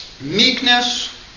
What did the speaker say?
meekness